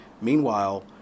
Meanwhile